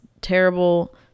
terrible